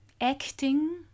acting